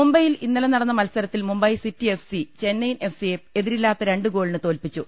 മുംബൈയിൽ ഇന്നലെ നടന്ന മത്സരത്തിൽ Mumbai City F C Chennaiyin F C യെ എതിരില്ലാത്ത രണ്ട് ഗോളിന് തോൽപിച്ചു